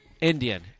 Indian